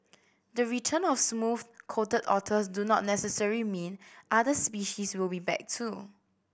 the return of smooth coated otters do not necessary mean other species will be back too